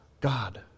God